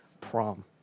Prom